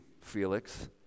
Felix